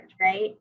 right